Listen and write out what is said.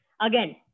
Again